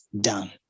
done